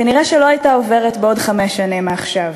כנראה לא הייתה עוברת בעוד חמש שנים מעכשיו.